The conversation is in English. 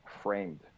framed